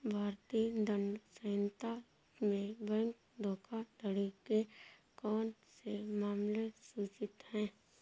भारतीय दंड संहिता में बैंक धोखाधड़ी के कौन से मामले सूचित हैं?